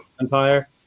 Empire